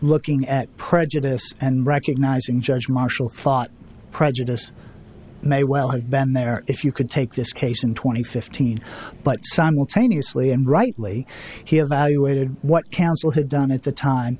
looking at prejudice and recognizing judge marshall thought prejudice may well have been there if you could take this case in twenty fifteen but simultaneously and rightly here valuated what council had done at the time